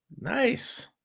Nice